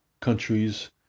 countries